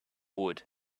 wood